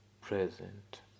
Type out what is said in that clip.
present